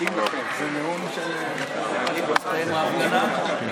תודה רבה,